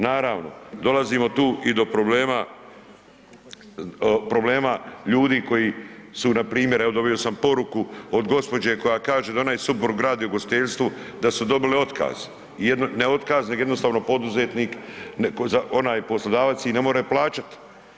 Naravno, dolazimo tu i do problema ljudi su npr. evo dobio sam poruku od gospođe koja kaže da ona i suprug rade u ugostiteljstvu, da su dobili otkaz, ne otkaz nego jednostavno poduzetnik, onaj poslodavac ih ne može plaćat.